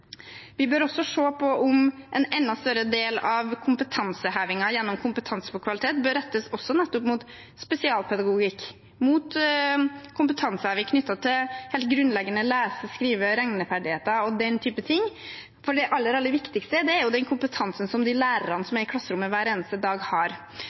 Vi bør også se på om en enda større del av kompetansehevingen gjennom Kompetanse for kvalitet bør rettes også nettopp mot spesialpedagogikk, mot kompetanseheving knyttet til helt grunnleggende lese-, skrive- og regneferdigheter og den typen ting. For det aller, aller viktigste er jo den kompetansen som lærerne som er i klasserommet hver eneste dag, har.